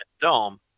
Dome